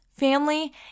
family